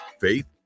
faith